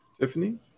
Tiffany